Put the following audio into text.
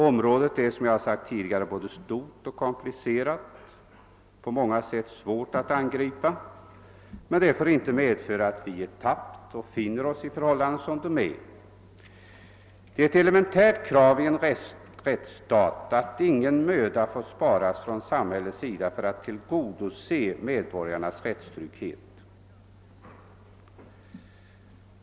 Området är som jag tidigare sagt både stort och komplicerat, på många sätt svårt att angripa, men detta får inte medföra att vi ger tappt och finner oss i förhållandena sådana de är. Det är ett elementärt krav i en rättsstat att ingen möda sparas från samhällets sida för att tillgodose medborgarnas rättstrygghet.